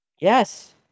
Yes